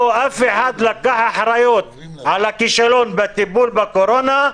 לא לקח אחריות על הכישלון בטיפול בקורונה.